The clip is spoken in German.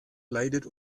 leidet